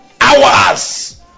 hours